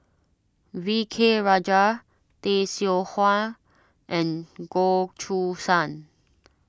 V K Rajah Tay Seow Huah and Goh Choo San